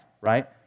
right